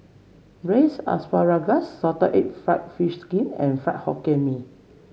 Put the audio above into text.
Braised Asparagus Salted Egg fried fish skin and Fried Hokkien Mee